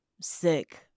Sick